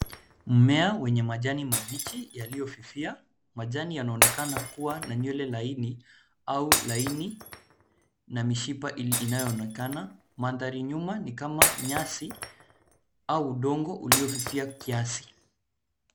Mmea wenye majani mabichi yaliofifia, majani yanaonekana kuwa na nywele laini au laini na mishapa inayoonekana. Madhari nyuma ni kama nyasi au udongo uliofifia kiasi.